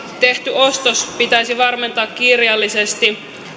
tehty ostos pitäisi varmentaa kirjallisesti